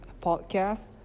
podcast